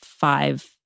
five